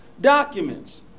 documents